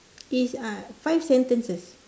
is uh five sentences